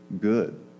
good